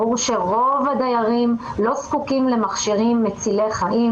ברור שרוב הדיירים לא זקוקים למכשירים מצילי חיים.